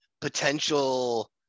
potential